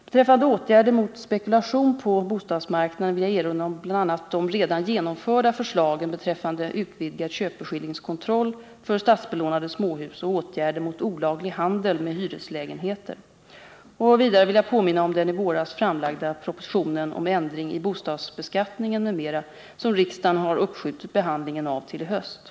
Beträffande åtgärder mot spekulation på bostadsmarknaden vill jag erinra om bl.a. de redan genomförda förslagen beträffande utvidgad köpeskillingskontroll för statsbelånade småhus och åtgärder mot olaglig handel med hyreslägenheter. Vidare vill jag påminna om den i våras framlagda propositionen om ändring i bostadsbeskattningen m.m., som riksdagen har uppskjutit behandlingen av till i höst.